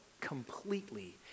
completely